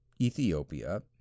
Ethiopia